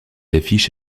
affiches